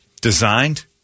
designed